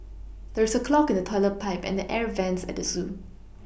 there is a clog in the toilet pipe and the air vents at the zoo